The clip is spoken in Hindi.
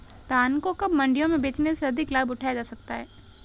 धान को कब मंडियों में बेचने से अधिक लाभ उठाया जा सकता है?